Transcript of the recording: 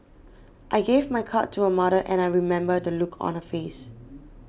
I gave my card to her mother and I remember the look on her face